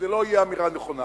זאת לא תהיה אמירה נכונה,